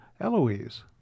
Eloise